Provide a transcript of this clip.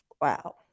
Wow